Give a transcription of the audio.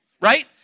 right